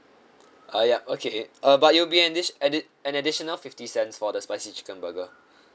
uh yup okay uh but it will an addi~ addi~ an additional fifty cents for the spicy chicken burger